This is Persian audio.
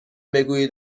بگویید